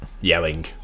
yelling